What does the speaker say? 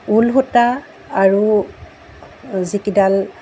ঊল সূতা আৰু যিকেইডাল